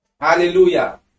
Hallelujah